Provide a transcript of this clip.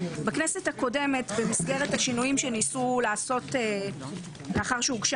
בכנסת הקודמת במסגרת השינויים שניסו לעשות לאחר שהוגשה